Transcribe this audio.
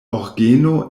orgeno